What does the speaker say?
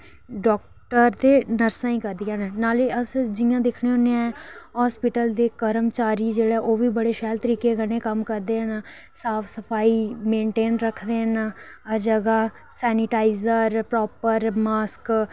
doctor ते नर्सां ई करदियां न ना केे जि'यां अस दिक्खने होन्ने आं हॉस्पिटल दे कर्मचारी जेह्ड़े न ओह्बी बड़े शैल तरीके दे कम्म करदे न साफ सफाई मेंटेंन करदे न हर जगह सैनीटाईज़ दा प्रॉपर मास्क